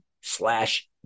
slash